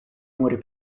muri